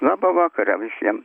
labą vakarą visiem